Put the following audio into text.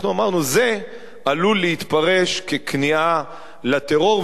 אנחנו אמרנו: זה עלול להתפרש ככניעה לטרור,